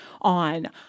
on